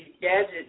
gadget